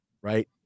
Right